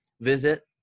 visit